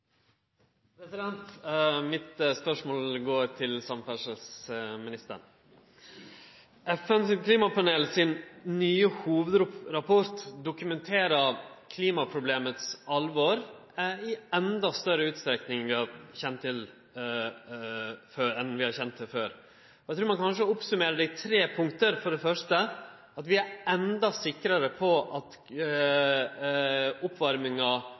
til FNs klimapanel dokumenterer alvoret i klimaproblemet i endå større utstrekning enn det vi har kjent til før. Eg trur kanskje eg må summere det opp i tre punkt: for det første at vi er endå sikrare på at oppvarminga